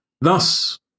Thus